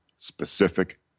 specific